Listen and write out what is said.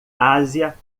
ásia